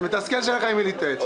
זה מתסכל שאין לך עם מי להתייעץ.